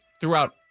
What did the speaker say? throughout